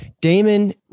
Damon